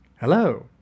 Hello